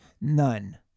None